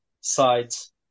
sides